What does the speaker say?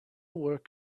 work